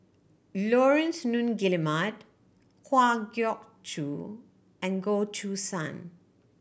Laurence Nunns Guillemard Kwa Geok Choo and Goh Choo San